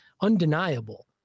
undeniable